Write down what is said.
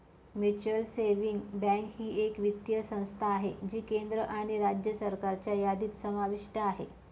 mutual savings bank ही एक वित्तीय संस्था आहे जी केंद्र आणि राज्य सरकारच्या यादीत समाविष्ट आहे